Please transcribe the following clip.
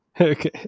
Okay